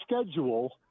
schedule